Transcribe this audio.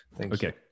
Okay